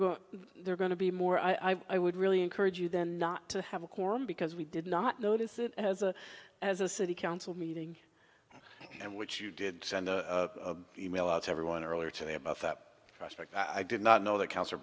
going they're going to be more i would really encourage you than not to have a corridor because we did not notice it as a as a city council meeting and which you did send a email out to everyone earlier today about that prospect i did not know that house or